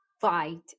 fight